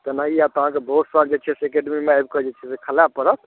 तेनाही हैत अहाँकेँ भोर साँझ जे छै से एकेडमीमे आबि कऽ जे छै से खेलाय पड़त